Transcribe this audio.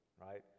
right